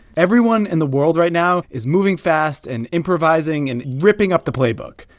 everyone in the world right now is moving fast and improvising and ripping up the playbook.